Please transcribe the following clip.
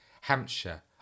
Hampshire